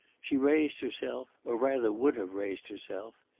she raised herself, or rather would have raised herself.